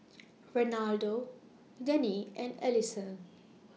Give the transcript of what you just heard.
Reynaldo Dennie and Alisson